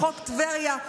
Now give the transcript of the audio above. חוק טבריה,